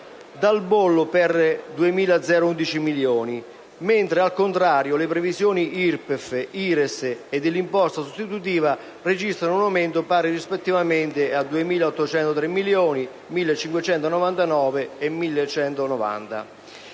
dal bollo, per 2.011 milioni, mentre, al contrario, le previsioni dell'IRPEF, dell'IRES e dell'imposta sostitutiva registrano un aumento pari rispettivamente a 2.803 milioni, 1.599 milioni